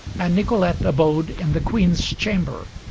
and nicolete abode in the queen's chamber.